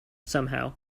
somehow